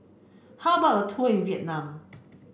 how about a tour Vietnam